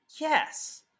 Yes